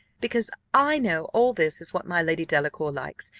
because i know all this is what my lady delacour likes,